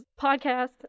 podcast